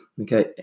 okay